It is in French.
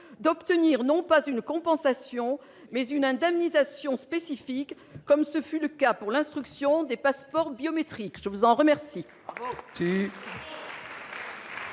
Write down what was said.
d'obtenir non pas une compensation mais une indemnisation spécifique, comme ce fut le cas pour l'instruction des passeports biométriques, je vous en remercie.